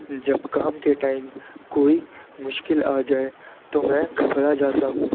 جب کام کے ٹائم کوئی مشکل آ جائے تو میں گھبرا جاتا ہوں